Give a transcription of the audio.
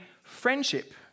friendship